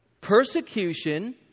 Persecution